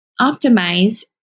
optimize